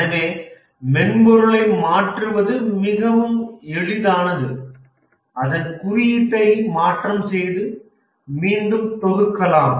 எனவே மென்பொருளை மாற்றுவது மிகவும் எளிதானது அதன் குறியீட்டை மாற்றம் செய்து மீண்டும் தொகுக்கலாம்